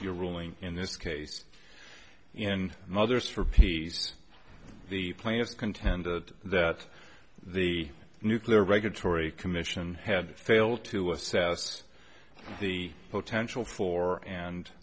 your ruling in this case and others for peace the planet contended that the nuclear regulatory commission had failed to assess the potential for and